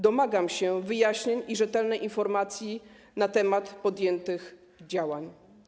Domagam się wyjaśnień i rzetelnej informacji na temat podjętych działań.